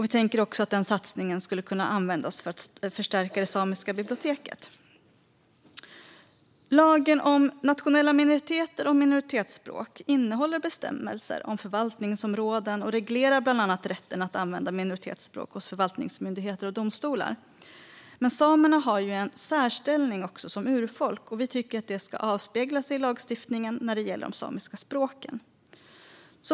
Vi tänker att den satsningen också skulle kunna användas för att förstärka det samiska biblioteket. Lagen om nationella minoriteter och minoritetsspråk innehåller bestämmelser om förvaltningsområden och reglerar bland annat rätten att använda minoritetsspråk hos förvaltningsmyndigheter och domstolar. Samerna har även en särställning som urfolk, och vi tycker att det ska avspeglas i lagstiftningen när det gäller de samiska språken.